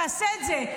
תעשה את זה.